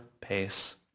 pace